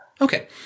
Okay